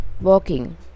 walking